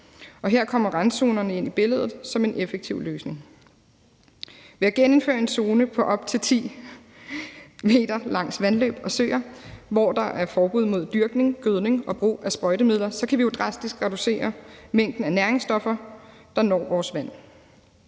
Her kommer randzonerne ind i billedet som en effektiv løsning. Ved at genindføre en zone på op til 10 m's bredde langs vandløb og søer, hvor der er forbud mod dyrkning, gødning og brug af sprøjtemidler, kan vi drastisk reducere mængden af næringsstoffer, der når vores vand.